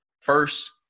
first